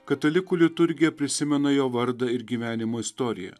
katalikų liturgija prisimena jo vardą ir gyvenimo istoriją